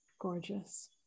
Gorgeous